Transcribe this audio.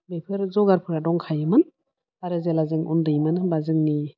बेफोर जगारफ्रा दंखायोमोन आरो जेला जों उन्दैमोन होमबा जोंनि